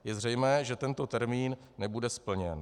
Je zřejmé, že tento termín nebude splněn.